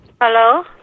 Hello